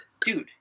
Dude